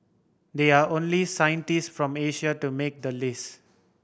they are only scientist from Asia to make the list